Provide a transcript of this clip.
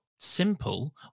simple